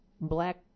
Black